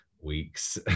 weeks